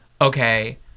okay